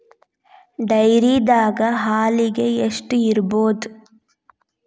ಡೈರಿದಾಗ ಹಾಲಿಗೆ ಎಷ್ಟು ಇರ್ಬೋದ್?